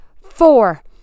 four